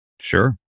Sure